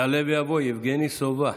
יעלה ויבוא יבגני סובה